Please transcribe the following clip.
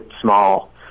small